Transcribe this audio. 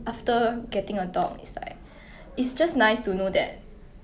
um